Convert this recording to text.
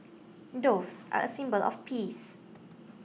doves are a symbol of peace